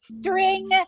string